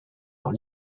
dans